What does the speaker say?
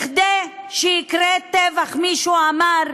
כדי שיקרה טבח, מישהו אמר,